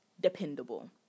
dependable